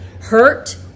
hurt